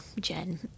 Jen